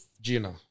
Gina